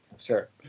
sure